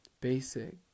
basic